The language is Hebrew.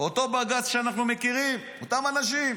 אותו בג"ץ שאנחנו מכירים, אותם אנשים,